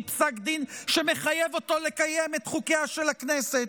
פסק דין שמחייב אותו לקיים את חוקיה של הכנסת,